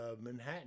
Manhattan